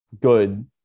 good